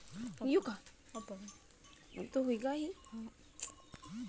दक्षिणी ध्रुव के कुछ पेड़ सॉफ्टवुड हैं